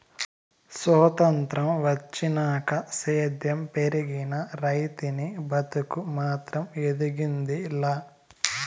సొత్రంతం వచ్చినాక సేద్యం పెరిగినా, రైతనీ బతుకు మాత్రం ఎదిగింది లా